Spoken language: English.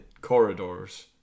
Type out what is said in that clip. corridors